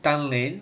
tanglin